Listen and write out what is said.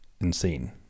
insane